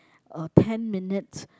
a ten minutes